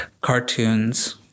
cartoons